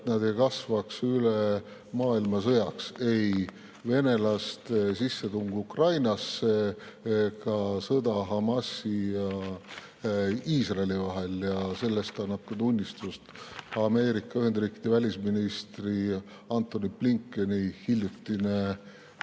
et nad ei kasvaks üle maailmasõjaks – ei venelaste sissetung Ukrainasse ega sõda Hamasi ja Iisraeli vahel. Sellest annab tunnistust ka Ameerika Ühendriikide välisministri Antony Blinkeni hiljutine,